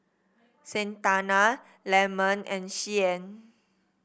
Santana Lemon and Shyann